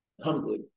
Humbly